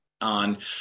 on